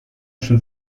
schon